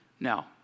Now